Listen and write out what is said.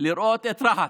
לראות את רהט,